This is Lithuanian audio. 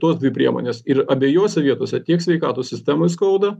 tos dvi priemonės ir abiejose vietose tiek sveikatos sistemoj skauda